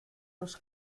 los